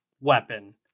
weapon